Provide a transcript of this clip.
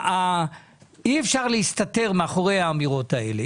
אי אפשר להסתתר מאחורי האמירות האלה.